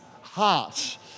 heart